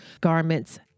Garments